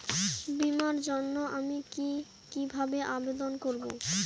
বিমার জন্য আমি কি কিভাবে আবেদন করব?